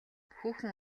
хүүхэн